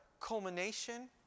culmination